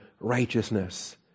righteousness